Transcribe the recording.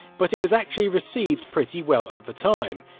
but it was actually received pretty well at the time.